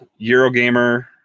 Eurogamer